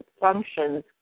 functions